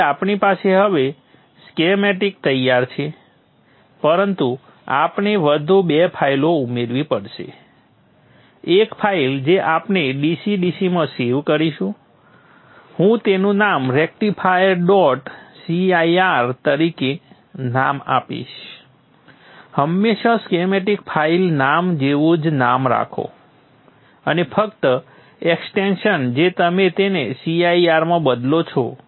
તેથી આપણી પાસે હવે સ્કીમેટિક તૈયાર છે પરંતુ આપણે વધુ 2 ફાઇલો ઉમેરવી પડશે 1 ફાઇલ જે આપણે DC DC માં સેવ કરીશું હું તેનું નામ રેક્ટિફાયર dot cir તરીકે નામ આપીશ હંમેશા સ્કીમેટિક ફાઇલ નામ જેવું જ નામ રાખો અને ફક્ત એક્સટેન્સન જે તમે તેને cir માં બદલો છો